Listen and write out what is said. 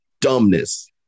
dumbness